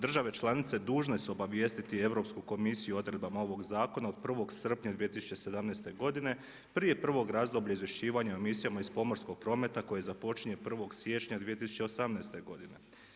Države članice dužne su obavijestiti Europsku komisiju o odredbama ovog zakona od 1. srpnja 2017. godine prije prvog razdoblja izvješćivanja o emisijama iz pomorskog prometa koji započinje 1. siječnja 2018. godine.